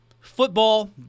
Football